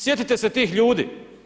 Sjetite se tih ljudi.